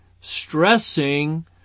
stressing